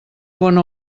bona